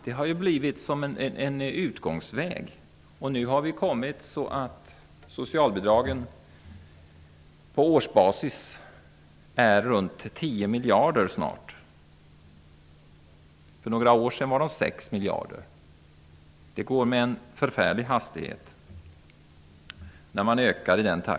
Det har blivit en utgångsväg. Nu har det gått så långt att socialbidragen på årsbasis snart uppgår till tio miljarder. För några år sedan var de sex miljarder. Ökningen går med en förfärlig hastighet.